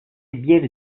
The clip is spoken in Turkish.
bir